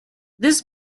this